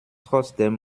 trotzdem